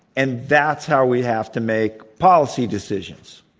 and that's how we have to make policy decisions.